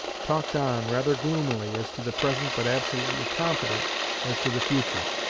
talked on, rather gloomily as to the present but absolutely confident as to the future.